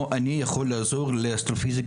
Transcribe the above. שבאותה מידה אני יכול לעזור לאסטרופיזיקאים